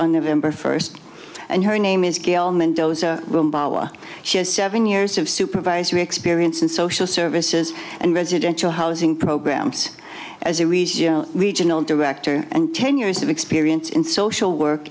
november first and her name is gail mendoza she has seven years of supervisory experience and social services and residential housing programs as a regional regional director and ten years of experience in social work